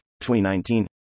2019